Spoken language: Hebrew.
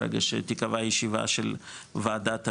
ברגע שתיקבע הישיבה של ועדת המשנה.